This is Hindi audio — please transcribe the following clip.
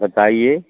बताइए